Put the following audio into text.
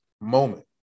moment